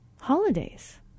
holidays